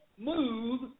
move